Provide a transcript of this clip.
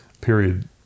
period